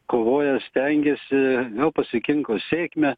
kovoja stengiasi pasikinko sėkmę